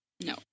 No